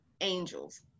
angels